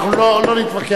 אנחנו לא נתווכח.